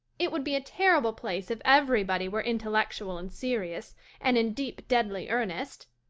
it would be a terrible place if everybody were intellectual and serious and in deep, deadly earnest.